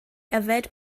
yfed